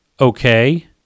Okay